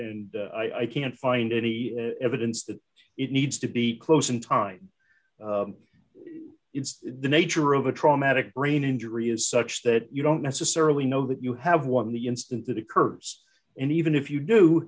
and i can't find any evidence that it needs to be close in time it's the nature of a traumatic brain injury is such that you don't necessarily know that you have one the instant that occurs and even if you do